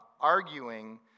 arguing